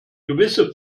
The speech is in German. gewisse